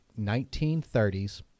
1930s